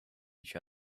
each